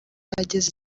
ageze